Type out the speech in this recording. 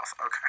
Okay